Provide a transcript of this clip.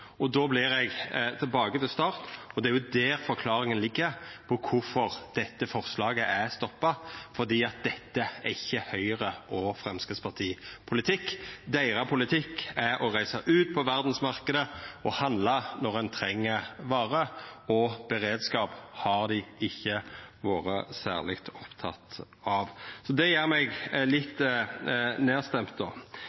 og då er eg tilbake til start. Det er jo der forklaringa ligg på kvifor dette forslaget er stoppa: Dette er ikkje Høgre- og Framstegspartipolitikk, deira politikk er å reisa ut på verdsmarknaden og handla når ein treng varer. Beredskap har dei ikkje vore særleg opptekne av. Så det gjer meg